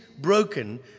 broken